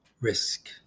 risk